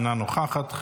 אינה נוכחת,